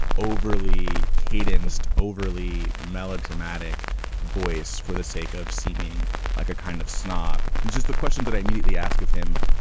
overly kate inst. overly melodramatic voice for the sake of seeming like a kind of snob? it's just the question that i immediately ask of him.